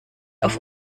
auf